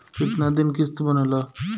कितना दिन किस्त बनेला?